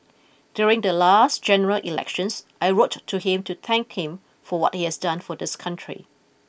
during the last general elections I wrote to him to thank him for what he has done for this country